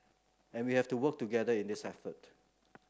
and we have to work together in this effort